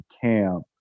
camp